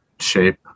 shape